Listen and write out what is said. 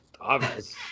obvious